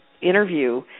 interview